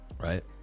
Right